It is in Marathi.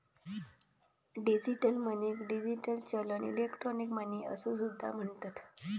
डिजिटल मनीक डिजिटल चलन, इलेक्ट्रॉनिक मनी असो सुद्धा म्हणतत